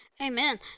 Amen